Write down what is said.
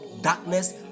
darkness